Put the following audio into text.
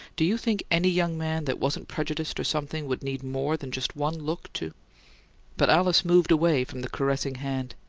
do you think any young man that wasn't prejudiced, or something, would need more than just one look to but alice moved away from the caressing hand.